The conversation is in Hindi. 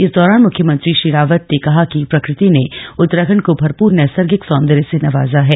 इस दौरान मुख्यमंत्री श्री रावत ने कहा कि प्रकृति ने उत्तराखण्ड को भरपूर नैसर्गिक सौन्दर्य से नवाजा हैं